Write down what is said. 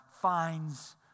finds